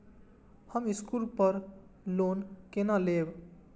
हम स्कूल पर लोन केना लैब?